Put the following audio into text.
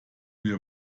wir